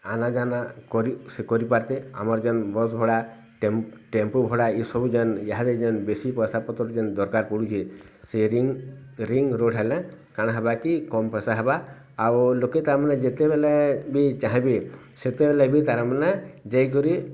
ଆନା ଯାନା କରି ସେ କରିପାରିତେ ଆମର୍ ଯେନ୍ ବସ୍ ଭଡ଼ା ଟେମ୍ପୁ ଭଡ଼ା ଏସବୁ ଯେନ୍ ଏହାରେ ଯେନ୍ ବେଶି ପଇସା ପତର ଯେନ୍ ଦରକାର ପଡ଼ୁଚେ ସେ ରିଙ୍ଗ ରିଙ୍ଗ ରୋଡ଼ ହେଲେ କାଣ ହେବା କି କମ୍ ପଇସା ହେବା ଆଉ ଲୋକେ ତାର୍ ମାନେ ଯେତେବେଲେ ବି ଚାହିଁବେ ସେତେବେଲେ ବି ତାର ମାନେ ଯାଇକରି